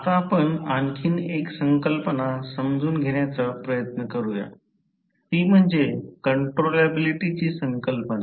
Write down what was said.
आता आपण आणखी एक संकल्पना समजून घेण्याचा प्रयत्न करूया ती म्हणजे कंट्रोलॅबिलिटीची संकल्पना